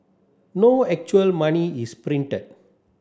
no actual money is printed